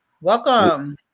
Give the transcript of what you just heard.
Welcome